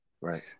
right